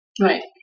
Right